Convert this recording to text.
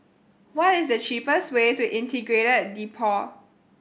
what is the cheapest way to Integrated Depot